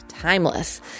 timeless